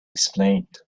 explained